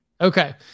Okay